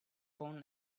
found